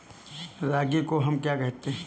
रागी को हम क्या कहते हैं?